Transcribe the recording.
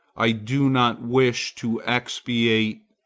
i do not wish to expiate,